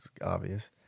obvious